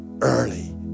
early